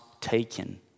taken